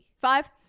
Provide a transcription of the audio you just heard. Five